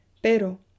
pero